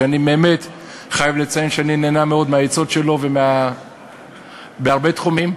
שאני באמת חייב לציין שאני נהנה מאוד מהעצות שלו בהרבה תחומים.